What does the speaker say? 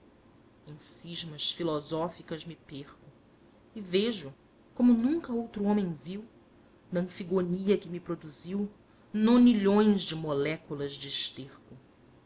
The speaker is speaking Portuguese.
em cismas filosóficas me perco e vejo como nunca outro homem viu na anfigonia que me produziu nonilhões de moléculas de esterco